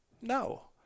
No